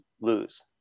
lose